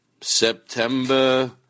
September